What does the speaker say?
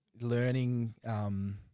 learning